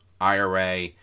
IRA